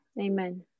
Amen